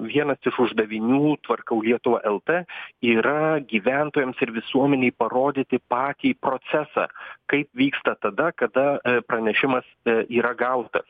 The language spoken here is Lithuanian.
vienas iš uždavinių tvarkau lietuvą lt yra gyventojams ir visuomenei parodyti patį procesą kaip vyksta tada kada pranešimas yra gautas